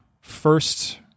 first